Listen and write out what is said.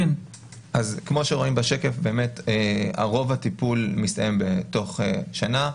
כמו שרואים בשקף רוב הטיפול מסתיים בתוך שנה.